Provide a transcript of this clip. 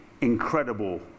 incredible